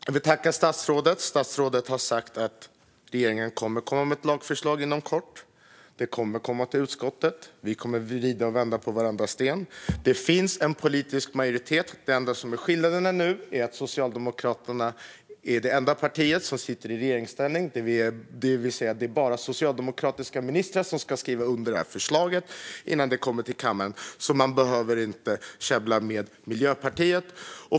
Jag vill tacka statsrådet, som har sagt att regeringen kommer att komma med ett lagförslag inom kort. Det kommer att komma till utskottet, och vi kommer att vrida och vända på varenda sten. Det finns en politisk majoritet; den enda skillnaden nu är att Socialdemokraterna är det enda partiet i regeringsställning. Det är alltså bara socialdemokratiska ministrar som ska skriva under det här förslaget innan det kommer till kammaren, så man behöver inte käbbla med Miljöpartiet.